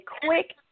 quick